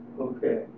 Okay